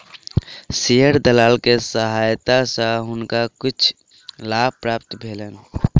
share दलाल के सहायता सॅ हुनका किछ लाभ प्राप्त भेलैन